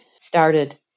started